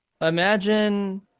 Imagine